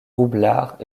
roublard